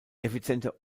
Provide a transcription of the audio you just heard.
effizienter